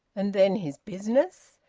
and then his business?